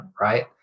right